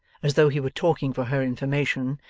as though he were talking for her information,